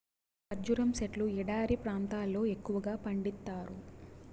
ఖర్జూరం సెట్లు ఎడారి ప్రాంతాల్లో ఎక్కువగా పండిత్తారు